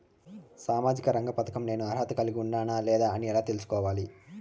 సామాజిక రంగ పథకం నేను అర్హత కలిగి ఉన్నానా లేదా అని ఎలా తెల్సుకోవాలి?